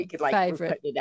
favorite